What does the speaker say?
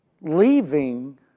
Leaving